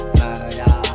murder